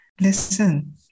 listen